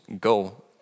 go